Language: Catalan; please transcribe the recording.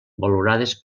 valorades